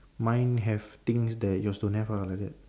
mine have things that yours don't have ah like that